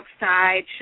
outside